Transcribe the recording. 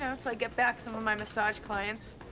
know, till i get back some of my massage clients.